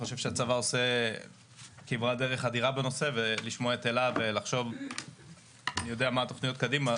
שהצבא עשה כברת דרך אדירה בנושא ואני יודע מה התוכניות קדימה.